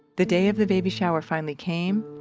the day of the baby shower finally came,